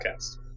podcast